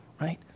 right